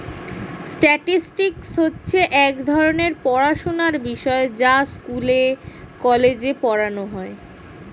statistics হচ্ছে এক ধরণের পড়াশোনার বিষয় যা স্কুলে, কলেজে পড়ানো হয়